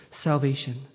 salvation